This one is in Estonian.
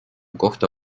kohta